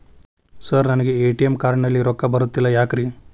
Sir ನನಗೆ ATM card ನಲ್ಲಿ ರೊಕ್ಕ ಬರತಿಲ್ಲ ಯಾಕ್ರೇ?